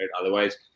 Otherwise